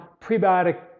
prebiotic